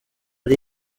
ari